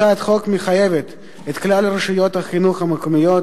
הצעת החוק מחייבת את כלל רשויות החינוך המקומיות